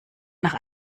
nach